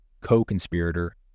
co-conspirator